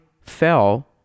fell